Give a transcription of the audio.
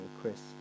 Chris